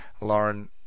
Lauren